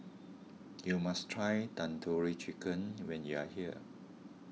you must try Tandoori Chicken when you are here